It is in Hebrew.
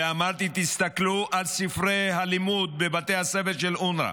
ואמרתי: תסתכלו על ספרי הלימוד בבתי הספר של אונר"א,